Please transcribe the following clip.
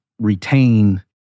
retain